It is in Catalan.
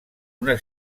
una